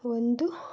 ಒಂದು